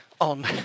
on